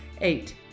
Eight